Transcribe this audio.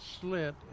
slit